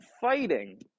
fighting